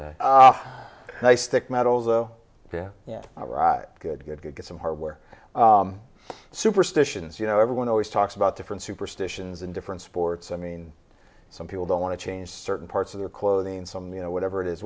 how i stick my balls oh yeah yeah iraq good good good good some hardware superstitions you know everyone always talks about different superstitions in different sports i mean some people don't want to change certain parts of their clothing some you know whatever it is